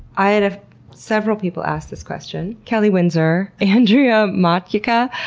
i had ah several people ask this question. kellie windsor, andrea motyka,